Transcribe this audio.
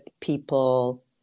people